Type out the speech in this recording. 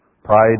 Pride